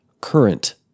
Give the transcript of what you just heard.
current